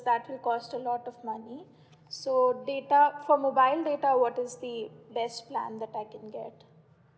that will cost a lot of money so data for mobile data what is the best plan that I can get